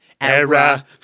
Era